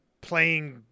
playing